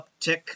uptick